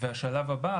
והשלב הבא,